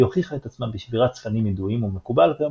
היא הוכיחה את עצמה בשבירת צפנים ידועים ומקובל כיום